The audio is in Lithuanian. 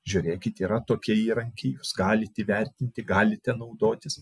žiūrėkit yra tokia įrankį galite įvertinti galite naudotis